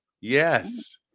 Yes